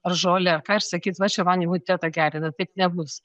ar žolę ką ir sakyt va čia man imunitetą gerina taip nebus